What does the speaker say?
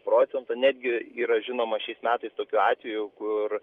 procento netgi yra žinoma šiais metais tokių atvejų kur